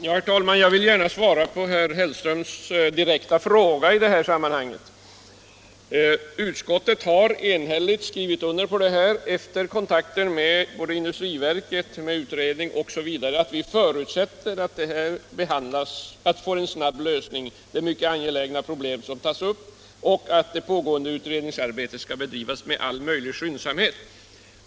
Herr talman! Jag vill gärna svara på herr Hellströms direkta fråga i det här sammanhanget. Utskottet har enhälligt undertecknat skrivningen i betänkandet, efter att ha tagit kontakter med industriverket, med utredningen osv., innebärande att vi förutsätter att de mycket angelägna problem som tas upp får en snabb lösning och att det pågående utredningsarbetet skall bedrivas med all möjlig skyndsamhet.